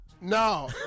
No